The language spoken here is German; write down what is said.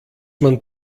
man